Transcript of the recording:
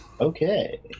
Okay